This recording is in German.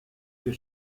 für